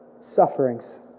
sufferings